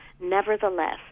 nevertheless